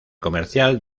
comercial